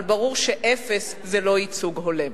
אבל ברור שאפס זה לא ייצוג הולם.